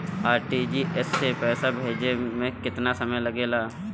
RTGS से पैसा भेजे में केतना समय लगे ला?